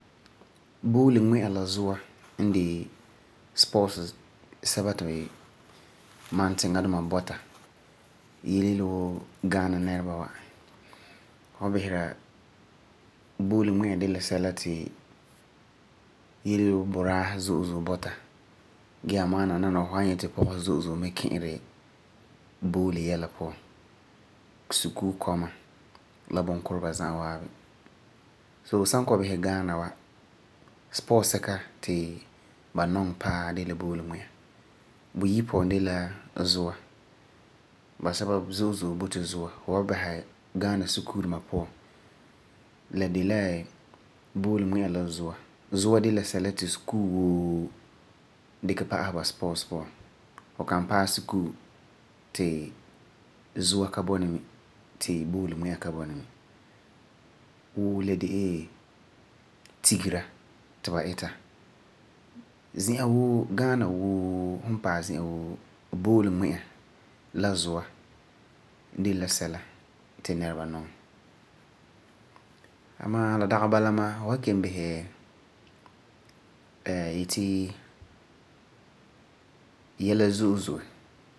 Booli ŋmɛ'a la zua n de sports sɛba ti mam tiŋa duma bɔta yele yele wuu Ghana nɛreba wa. Fu wan bisera booli ŋmɛ'a de la sɛla ti yele yele wuu budaasi zo'e zo'e bɔta. Gee amaa nananawa, fu wan nyɛ ti pɔgesi zo'e zo'e mi ki'iri booli yɛla puan. Sukuu kɔma la bunkureba za'a waabi. So, fu san kɔ'ɔm bisera Ghana wa, sports sɛka ti nɛreba ba nɔŋɛ paɛ de la booli ŋmɛ'a. Buyi puan de la zuo. Basɛba zo'e zo'e bɔta la zua. Fu san bisera Ghana sukuu duma puan, la de la booli ŋmɛ'a la zua. Zua de la sɛla ti sukuu woo dikɛ pa'asɛ ba sports duma puan. Fu kan paɛ sukuu to zua ka bɔna bini ti booli ŋmɛ'a ka bɔna bini. Ghana woo, fu paɛ zi'an woo, booli ŋmɛ'a la zua de la sɛla ti nɛreba nɔŋɛ. Amaa la dagi bala ma'a, fu wan kelum bisɛ yeti yɛla zo'e zo'e.